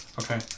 Okay